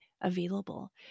available